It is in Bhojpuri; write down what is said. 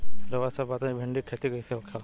रउआ सभ बताई भिंडी क खेती कईसे होखेला?